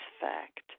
fact